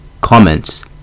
Comments